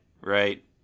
right